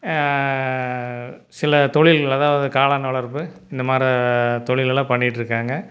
சில தொழில் அதாவது காளான் வளர்ப்பு இந்த மாதிரி தொழிலெல்லாம் பண்ணிகிட்ருக்காங்க